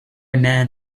man